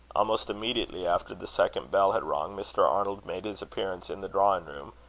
almost immediately after the second bell had rung, mr. arnold made his appearance in the drawing-room,